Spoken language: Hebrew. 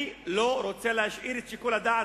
אני לא רוצה להשאיר את שיקול הדעת